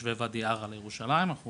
ואדי ערה נסיעות לירושלים בקו מקביל,